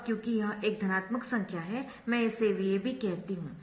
अब क्योंकि यह एक धनात्मक संख्या है मैं इसे VAB कहती हूं